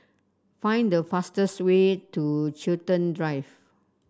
find the fastest way to Chiltern Drive